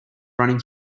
running